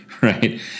Right